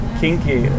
kinky